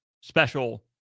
special